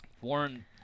Warren